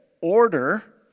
order